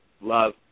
love